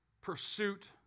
pursuit